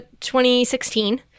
2016